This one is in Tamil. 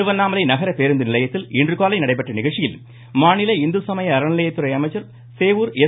திருவண்ணாமலை பேருந்துநிலையத்தில் இன்றுகாலை நடைபெற்ற நகர நிகழ்ச்சியில் மாநில சமய அறநிலையத்துறை அமைச்சர் சேவூர் எஸ்